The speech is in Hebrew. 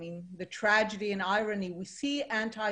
ותמיד אמרתי, שהטכנולוגיה שלנו תוביל